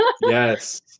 Yes